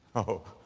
oh,